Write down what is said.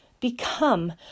become